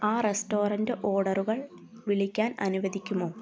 ആ റെസ്റ്റോറൻ്റ് ഓഡറുകൾ വിളിക്കാൻ അനുവദിക്കുമോ